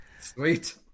Sweet